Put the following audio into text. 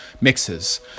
mixes